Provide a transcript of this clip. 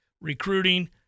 recruiting